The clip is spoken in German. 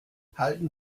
halten